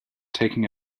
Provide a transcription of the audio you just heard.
taking